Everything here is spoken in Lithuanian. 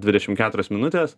dvidešim keturios minutės